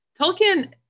Tolkien